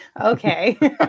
Okay